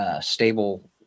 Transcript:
stable